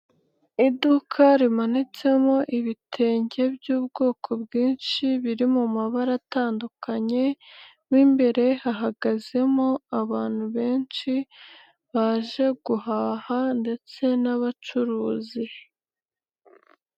Iduka rimanitsemo ibitenge by'ubwoko bwinshi biri mabara atandukanye, mo imbere hahagazemo abantu benshi, baje guhaha ndetse n'abacuruzi.